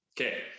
Okay